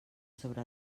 sobre